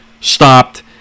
stopped